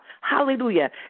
Hallelujah